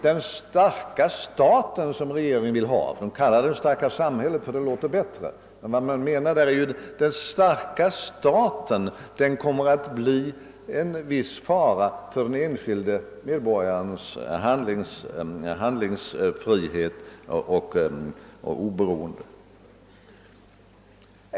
Den starka stat som regeringen vill ha — även om man brukar kalla den det starka samhället, vilket låter bättre — kommer att bli en fara för den enskilda medborgarens handlingsfrihet och oberoende.